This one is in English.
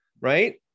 right